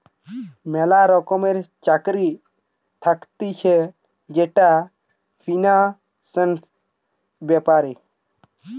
ম্যালা রকমের চাকরি থাকতিছে যেটা ফিন্যান্সের ব্যাপারে